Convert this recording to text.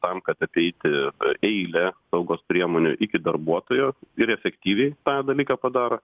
tam kad apeiti eilę saugos priemonių iki darbuotojo ir efektyviai tą dalyką padaro